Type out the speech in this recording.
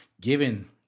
given